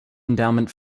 endowment